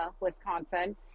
Wisconsin